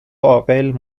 عاقل